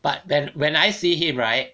but when when I see him right